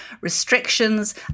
restrictions